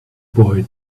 boy